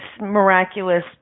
miraculous